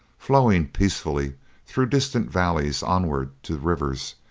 flowing peacefully through distant valleys onward to the rivers,